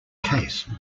case